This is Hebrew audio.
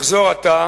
אחזור עתה